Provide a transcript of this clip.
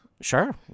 Sure